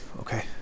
okay